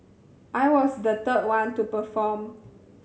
I was the third one to perform